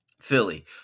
Philly